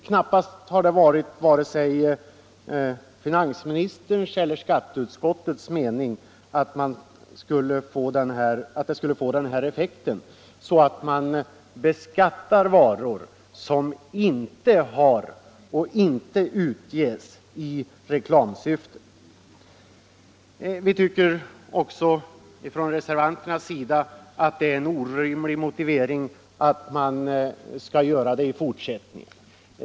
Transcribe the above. Knappast har det varit finansministerns och inte heller skatteutskottets mening att detta skulle få den effekten att varor beskattas som inte har och inte utges i reklamsyfte. Också vi reservanter tycker att det är orimligt att på detta sätt begränsa undantagsreglerna i fortsättningen.